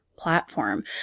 platform